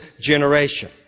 generation